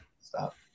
Stop